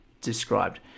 described